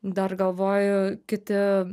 dar galvoju kiti